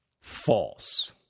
false